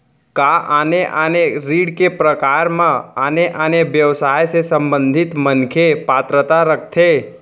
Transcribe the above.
का आने आने ऋण के प्रकार म आने आने व्यवसाय से संबंधित मनखे पात्रता रखथे?